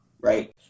right